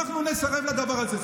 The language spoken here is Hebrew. אנחנו נסרב לדבר הזה.